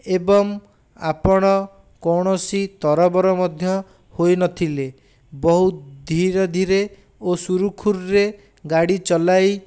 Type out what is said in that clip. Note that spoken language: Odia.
ଏବଂ ଆପଣ କୌଣସି ତରବର ମଧ୍ୟ ହୋଇନଥିଲେ ବହୁତ ଧୀରେ ଧୀରେ ଓ ସୁରୁଖୁରୁରେ ଗାଡ଼ି ଚଲାଇ